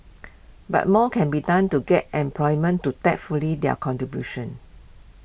but more can be done to get employment to tap fully their contributions